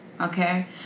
okay